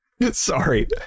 Sorry